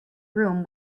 room